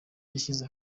yashyize